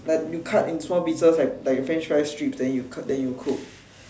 like you cut in small pieces like like French fries stripes then you cut then you cook